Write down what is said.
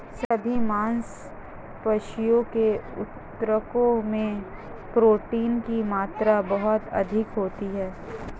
सभी मांसपेशियों के ऊतकों में प्रोटीन की मात्रा बहुत अधिक होती है